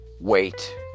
Wait